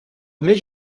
milch